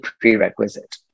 prerequisite